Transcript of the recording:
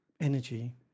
energy